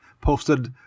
posted